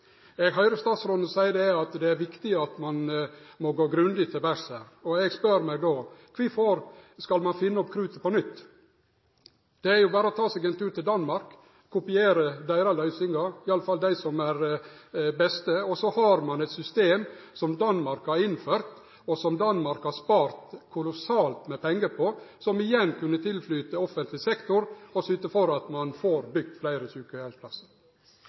Eg høyrer statsråden seie at det er viktig at ein må gå grundig til verks, og eg spør meg då kvifor ein skal finne opp krutet på nytt. Det er berre å ta seg ein tur til Danmark og kopiere deira løysingar – i alle fall dei beste. Så har ein eit system som Danmark har innført, og som Danmark har spart kolossalt mykje pengar på, som igjen kunne tilflyte offentleg sektor og syte for at ein får bygt fleire